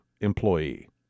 employee